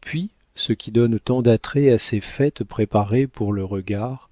puis ce qui donne tant d'attrait à ces fêtes préparées pour le regard